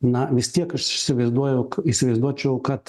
na vis tiek aš įsivaizduoju įsivaizduočiau kad